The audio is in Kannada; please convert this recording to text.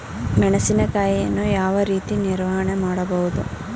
ಮೆಣಸಿನಕಾಯಿಯನ್ನು ಯಾವ ರೀತಿ ನಿರ್ವಹಣೆ ಮಾಡಬಹುದು?